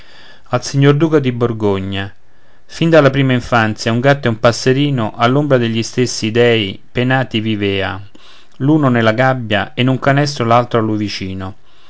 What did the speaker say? borgogna fin dalla prima infanzia un gatto e un passerino all'ombra degli stessi dèi penati vivean l'un nella gabbia e in un canestro l'altro a lui vicino